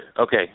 okay